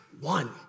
one